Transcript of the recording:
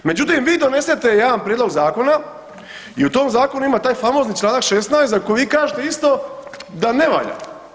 Međutim, vi donesete jedan prijedlog zakona i u tom zakonu ima taj famozni Članak 16. za kojeg vi kažete isto da ne valja.